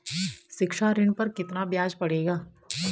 शिक्षा ऋण पर कितना ब्याज पड़ेगा?